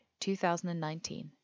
2019